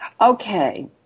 okay